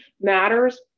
matters